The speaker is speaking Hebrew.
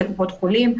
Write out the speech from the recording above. לקופות חולים,